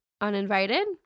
uninvited